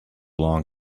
long